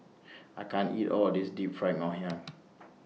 I can't eat All of This Deep Fried Ngoh Hiang